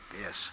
Yes